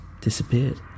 disappeared